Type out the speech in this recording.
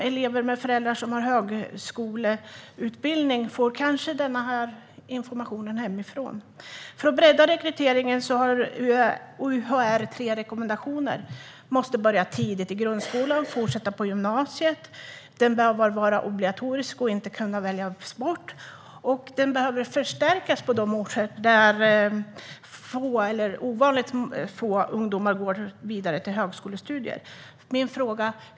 Elever med föräldrar som har högskoleutbildning får kanske denna information hemifrån. För att bredda rekryteringen har UHR tre rekommendationer. Man måste börja tidigt i grundskolan och fortsätta på gymnasiet. Vägledningen bör vara obligatorisk och inte kunna väljas bort. Den behöver förstärkas på de orter där få eller ovanligt få ungdomar går vidare till högskolestudier.